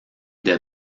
des